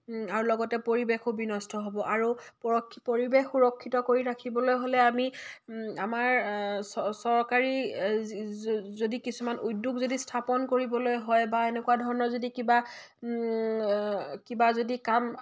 আৰু লগতে পৰিৱেশো বিনষ্ট হ'ব আৰু পৰিৱেশ সুৰক্ষিত কৰি ৰাখিবলৈ হ'লে আমি আমাৰ চ চৰকাৰী যদি কিছুমান উদ্যোগ যদি স্থাপন কৰিবলৈ হয় বা এনেকুৱা ধৰণৰ যদি কিবা কিবা যদি কাম